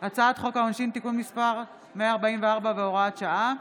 הצעת חוק העונשין (תיקון מס' 144 והוראת שעה)